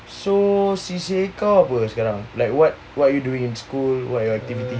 so C_C_A kau apa sekarang lah like what are you doing in school what are your activities